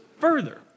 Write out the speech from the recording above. further